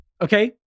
Okay